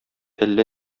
әллә